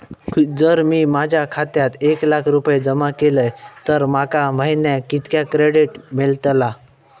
जर मी माझ्या खात्यात एक लाख रुपये जमा केलय तर माका महिन्याक कितक्या क्रेडिट मेलतला?